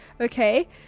Okay